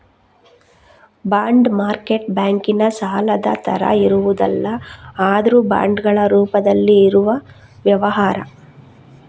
bond market ಬ್ಯಾಂಕಿನ ಸಾಲದ ತರ ಇರುವುದಲ್ಲ ಆದ್ರೂ ಬಾಂಡುಗಳ ರೂಪದಲ್ಲಿ ಇರುವ ವ್ಯವಹಾರ